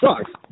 sucks